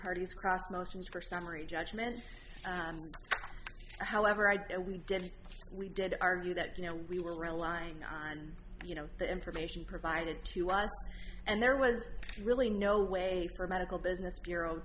party's cross motions for summary judgment however i did we did we did argue that you know we were relying on you know the information provided to us and there was really no way for a medical business bureau